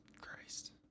christ